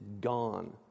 gone